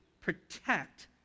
protect